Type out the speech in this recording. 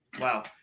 Wow